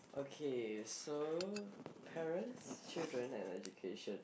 okay so parents children and education